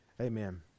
amen